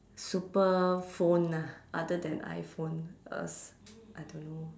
super phone ah other than iphone uh I don't know